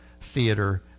theater